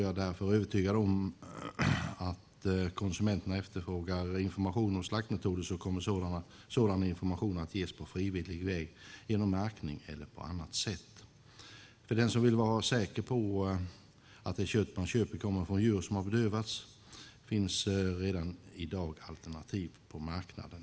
Jag är därför övertygad om att om konsumenterna efterfrågar information om slaktmetod så kommer sådan information att ges på frivillig väg, genom märkning eller på annat sätt. För den som vill vara säker på att det kött man köper kommer från djur som har bedövats finns det redan i dag alternativ på marknaden.